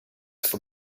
for